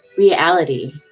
Reality